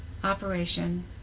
operation